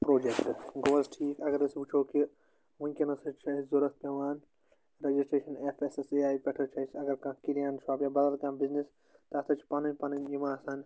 project گوٚو حظ ٹھیٖک اگر أسۍ وُچھو کہِ وُنٛکیٚس حظ چھِ اسہِ ضروٗرت پیٚوان registration F S S A I پٮ۪ٹھ حظ چھِ اسہِ اگر کانٛہہ کِریانہٕ شاپ یا بَدل کانٛہہ بِزنیٚس تَتھ حظ چھِ پَنٕنۍ پَنٕنۍ یِم آسان